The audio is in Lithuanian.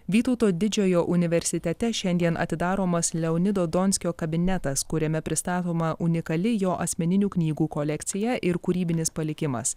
vytauto didžiojo universitete šiandien atidaromas leonido donskio kabinetas kuriame pristatoma unikali jo asmeninių knygų kolekcija ir kūrybinis palikimas